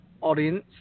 audience